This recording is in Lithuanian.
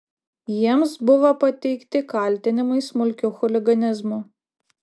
jiems buvo pateikti kaltinimai smulkiu chuliganizmu